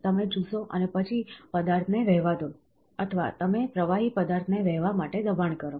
તમે ચૂસો અને પછી પદાર્થને વહેવા દો અથવા તમે પ્રવાહી પદાર્થને વહેવા માટે દબાણ કરો